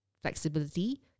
flexibility